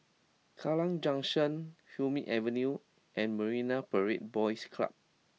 Kallang Junction Hume Avenue and Marine Parade Boys Club